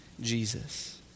Jesus